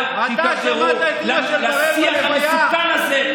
אל תידרדרו לשיח המסוכן הזה,